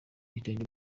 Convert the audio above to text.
igitenge